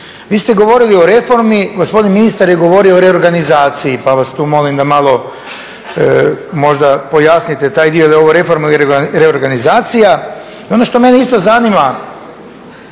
Vi ste govorili o reformi, gospodin ministar je govorio o reorganizaciji pa vas tu molim da malo možda pojasnite taj dio je li ovo reforma ili reorganizacija. I ono što mene isto zanima